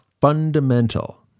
fundamental